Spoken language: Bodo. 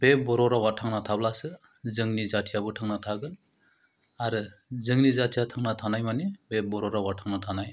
बे बर' रावा थांना थाब्लासो जोंनि जाथियाबो थांना थागोन आरो जोंनि जाथिया थांना थानाय मानि बे बर' रावा थांना थानाय